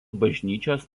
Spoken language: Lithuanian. bažnyčios